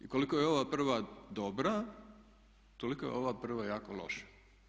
I kolika je ova prva dobra, toliko je ova prva jako loša.